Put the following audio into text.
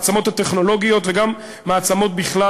המעצמות הטכנולוגיות וגם מעצמות בכלל,